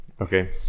Okay